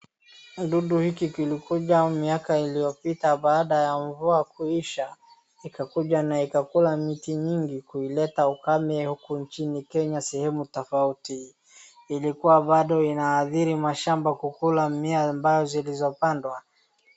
Kidudu hiki kilikuja miaka iliyopita baada ya mvua kuisha. Ikakuja na ikakula miti nyingi, kuileta ukame huku nchini Kenya sehemu tofauti. Ilikuwa bado inaadhiri mashamba, kukula mimea ambayo zilizopandwa.